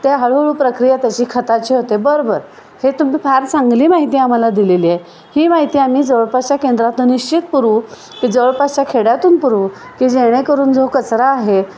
त्या हळूहळू प्रक्रिया त्याची खताची होते बरबर हे तुम्ही फार चांगली माहिती आम्हाला दिलेली आहे ही माहिती आम्ही जवळपासच्या केंद्रातून निश्चित पुरवू की जवळपासच्या खेड्यातून पुरवू की जेणेकरून जो कचरा आहे